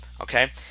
Okay